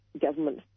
government